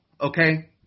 okay